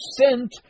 sent